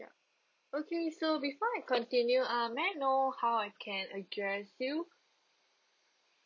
yup okay so before I continue uh may I know how I can address you